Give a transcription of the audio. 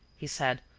he said,